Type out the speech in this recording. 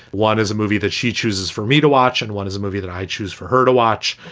one is a movie that she chooses for me to watch and one is a movie that i choose for her to watch.